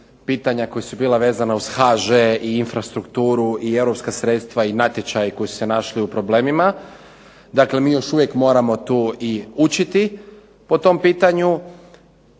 pitanja koja su bila vezana uz HŽ i infrastrukturu i europska sredstva i natječaje koji su se našli u problemima. Dakle, mi još uvijek moramo tu i učiti po tom pitanju.